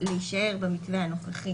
היא להישאר במתווה הנוכחי